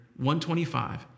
125